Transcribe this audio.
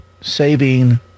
saving